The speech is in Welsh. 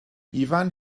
ifan